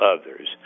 others